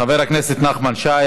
חבר הכנסת נחמן שי,